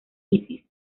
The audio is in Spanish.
isis